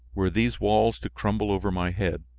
were these walls to crumble over my head,